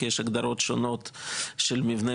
כי יש הגדרות מסוכנות שונות ויש רמות שנות,